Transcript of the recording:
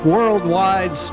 Worldwide